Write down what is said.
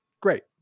great